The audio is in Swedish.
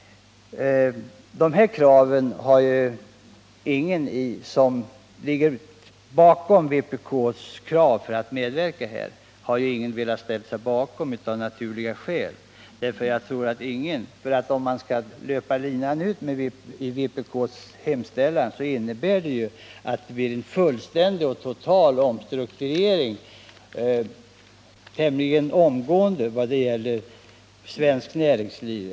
De krav som vpk framfört i det här sammanhanget har ingen velat ställa sig bakom av naturliga skäl. Om man löper linan ut och ser på konsekvenserna av det som framförts i vpk:s hemställan, så finner man att vi skulle behöva 115 genomföra en fullständig och total omstrukturering av svenskt näringsliv.